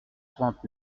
trente